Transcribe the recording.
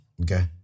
okay